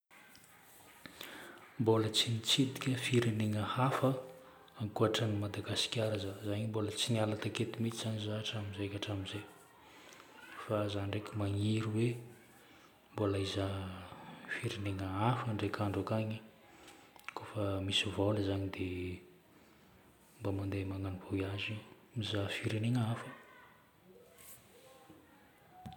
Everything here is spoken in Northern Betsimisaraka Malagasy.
Mbola tsy nitsidika firenena hafa ankoatran'i Madagasikara za. Za io mbola tsy niala taketo mihitsy zagny za hatramin'izay ka hatramin'izay. Fa za ndraika magniry hoe mbola hizaha firenena hafa ndraika andro akany kôfa misy vôla zagny dia mba mandeha magnano voyage mizaha firenena hafa.